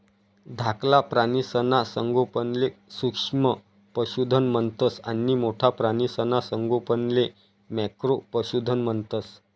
धाकला प्राणीसना संगोपनले सूक्ष्म पशुधन म्हणतंस आणि मोठ्ठा प्राणीसना संगोपनले मॅक्रो पशुधन म्हणतंस